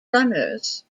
runners